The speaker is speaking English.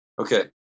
okay